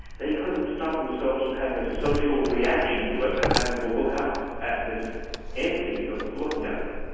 they couldn't stop themselves from having a social reaction to it and having to look up at this entity that was looking at them.